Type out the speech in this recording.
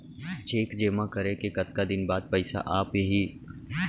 Cheque जेमा करे के कतका दिन बाद पइसा आप ही?